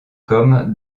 comme